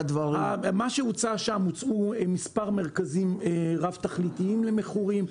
הוצע להקים מספר מרכזים רב-תכליתיים למכורים,